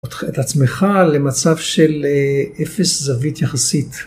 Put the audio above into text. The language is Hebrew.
את עצמך למצב של אפס זווית יחסית.